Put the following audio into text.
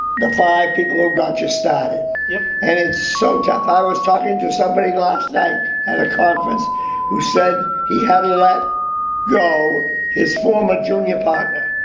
the five people who got you started. yeah and it's so tough. i was talking to somebody last night at a conference who said he had to let go his former junior partner,